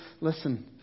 Listen